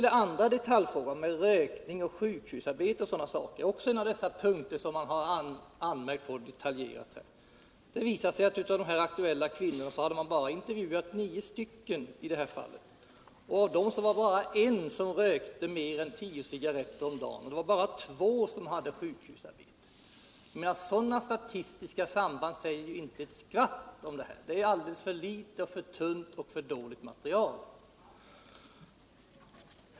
Den andra detaljfrågan gäller rökning, sjukhusarbete etc., och den är en av de punkter man anmärkt på. Det har visat sig att man bara intervjuat nio kvinnor, och bland dem fanns bara en som rökte mer än tio cigaretter om dagen. Bara två av dem hade sjukhusarbete. Sådana statistiska samband säger ju inte ett skvatt. Materialet är alldeles för tunt och för dåligt.